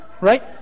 Right